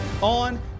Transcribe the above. on